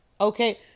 Okay